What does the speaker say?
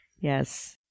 Yes